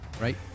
Right